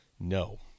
No